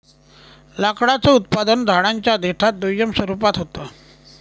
लाकडाचं उत्पादन झाडांच्या देठात दुय्यम स्वरूपात होत